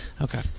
Okay